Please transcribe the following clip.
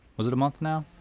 was it a month now?